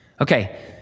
Okay